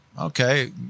Okay